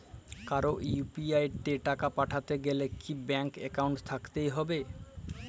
কারো ইউ.পি.আই তে টাকা পাঠাতে গেলে কি ব্যাংক একাউন্ট থাকতেই হবে?